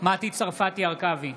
מטי צרפתי הרכבי,